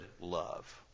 love